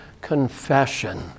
confession